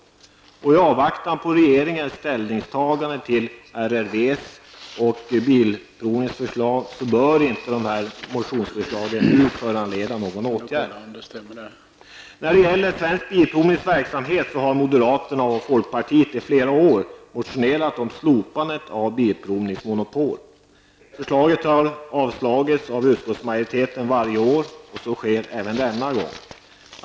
I avvaktan på regeringens ställningstagande till RRVs och ASBs förslag bör inte motionsförslagen föranleda någon åtgärd. När det gäller Svensk Bilprovnings verksamhet har moderaterna och folkpartiet i flera år motionerat om slopandet av bilprovningsmonopol. Förslaget har avstyrts av utskottsmajoriteten varje år, och så sker även denna gång.